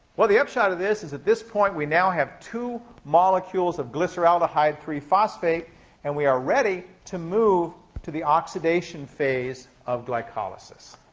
well, the upshot of this is, at this point, we now have two molecules of glyceraldehyde three phosphate and we are ready to move to the oxidation phase of glycolysis.